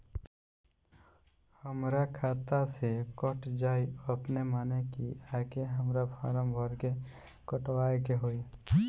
हमरा खाता से कट जायी अपने माने की आके हमरा फारम भर के कटवाए के होई?